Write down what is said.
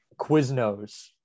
Quiznos